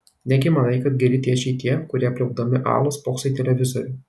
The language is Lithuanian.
negi manai kad geri tėčiai tie kurie pliaupdami alų spokso į televizorių